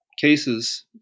cases